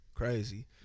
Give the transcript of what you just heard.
Crazy